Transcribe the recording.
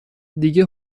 دیگه